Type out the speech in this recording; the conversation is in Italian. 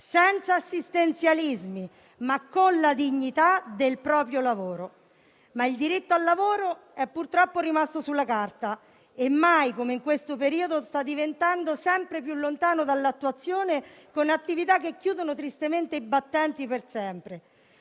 senza assistenzialismi, ma con la dignità del proprio lavoro. Il diritto al lavoro però è purtroppo rimasto sulla carta e mai come in questo periodo sta diventando sempre più lontano dall'attuazione con attività che chiudono tristemente i battenti per sempre.